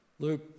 Luke